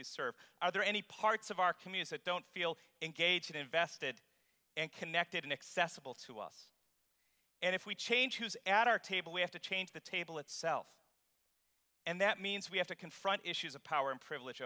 serve are there any parts of our community don't feel engaged invested and connected inaccessible to us and if we change who's add our table we have to change the table itself and that means we have to confront issues of power and privilege